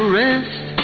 rest